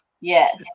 yes